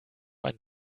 einen